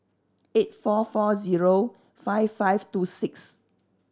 eight four four zero five five two six